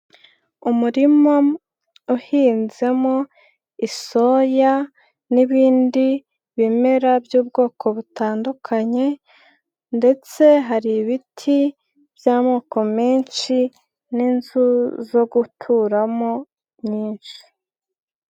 umurima uhinzemo, isoya n'ibindi bimera by'ubwoko butandukanye ndetse hari ibiti by'amoko menshi n'inzu zo guturamo nyinshi.